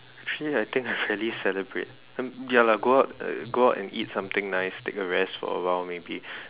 actually I think I rarely celebrate ya lah go out uh go out and eat something nice take a rest for awhile maybe